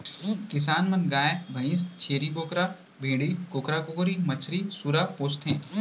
किसान मन गाय भईंस, छेरी बोकरा, भेड़ी, कुकरा कुकरी, मछरी, सूरा पोसथें